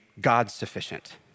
God-sufficient